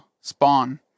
Spawn